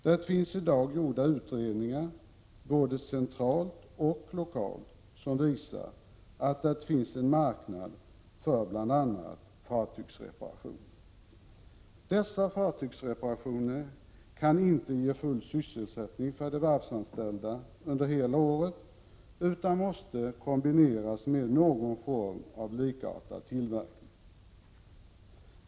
Det finns i dag utredningar, både centralt och lokalt, som visar att det finns en marknad för bl.a. fartygsreparationer. Men fartygsreparationerna kan inte ge full sysselsättning åt de varvsanställda under hela året, utan de måste kombineras med någon form av likartad tillverkning.